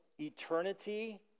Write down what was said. eternity